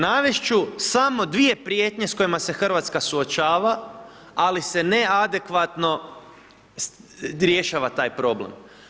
Navest ću samo dvije prijetnje s kojima se Hrvatska suočava, ali se neadekvatno rješava taj problem.